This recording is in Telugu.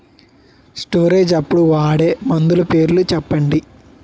స్టోరేజ్ అప్పుడు వాడే మందులు పేర్లు చెప్పండీ?